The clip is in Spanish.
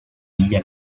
villa